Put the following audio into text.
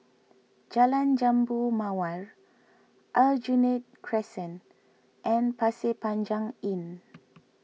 Jalan Jambu Mawar Aljunied Crescent and Pasir Panjang Inn